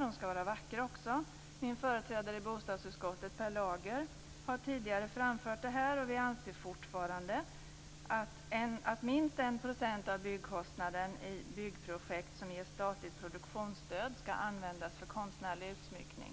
De skall vara vackra också. Min företrädare i bostadsutskottet, Per Lager, har tidigare här framfört - och vi anser fortfarande - att minst 1 % av byggkostnaden i byggprojekt som ges statligt produktionsstöd skall användas för konstnärlig utsmyckning.